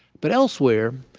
but elsewhere,